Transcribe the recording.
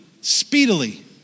speedily